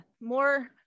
more